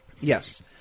Yes